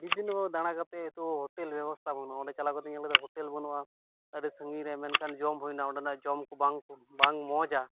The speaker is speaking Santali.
ᱵᱤᱵᱷᱤᱱᱱᱚ ᱦᱚᱨ ᱫᱟᱬᱟ ᱠᱟᱛᱮ ᱮᱱᱛᱮᱦᱚ ᱚᱸᱰᱮ ᱦᱳᱴᱮᱞ ᱵᱮᱵᱚᱥᱛᱟ ᱵᱟᱹᱱᱩᱜᱼᱟ ᱚᱸᱰᱮ ᱪᱟᱞᱟᱣ ᱠᱟᱛᱮᱧ ᱧᱮᱞ ᱠᱮᱫᱟ ᱦᱳᱴᱮᱞ ᱵᱟᱹᱱᱩᱜᱼᱟ ᱟᱹᱰᱤ ᱥᱟᱺᱜᱤᱧᱨᱮ ᱢᱮᱱᱠᱷᱟᱱ ᱡᱚᱢ ᱦᱩᱭᱱᱟ ᱚᱸᱰᱮᱱᱟᱜ ᱡᱚᱢᱠᱩ ᱵᱟᱝᱠᱚ ᱵᱟᱝ ᱢᱚᱡᱟ